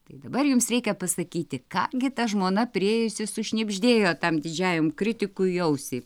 tai dabar jums reikia pasakyti ką gi ta žmona priėjusi sušnibždėjo tam didžiajam kritikui į ausį